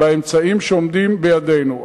באמצעים שעומדים בידינו.